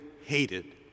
hated